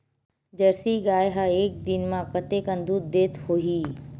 Jersey गाय ह एक दिन म कतेकन दूध देत होही?